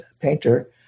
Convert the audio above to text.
painter